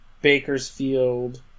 Bakersfield